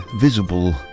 visible